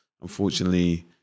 unfortunately